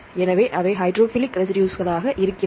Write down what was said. எனவே அவை ஹைட்ரோஃபிலிக் ரெசிடுஸ்களாக இருக்கிறது